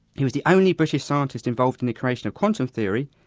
he was the only british scientist involved in the creation of quantum theory,